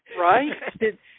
Right